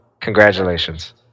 Congratulations